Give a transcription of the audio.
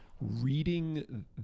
reading